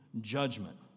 judgment